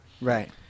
Right